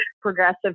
progressive